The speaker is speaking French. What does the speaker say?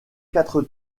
quatre